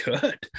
good